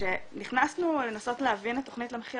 כשנכנסנו לנסות להבין את תכנית 'מחיר